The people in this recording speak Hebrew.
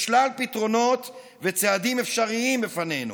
יש שלל פתרונות וצעדים אפשריים בפנינו,